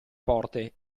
porte